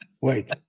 Wait